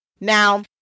Now